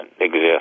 exist